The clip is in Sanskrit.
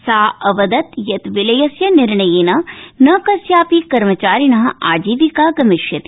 सा अवदत् यत् विलयस्य निर्णयेन न कस्यापि कर्मचारिण आजीविका गमिष्यति